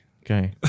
Okay